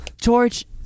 George